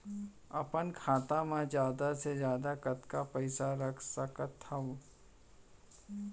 अपन खाता मा जादा से जादा कतका पइसा रख सकत हव?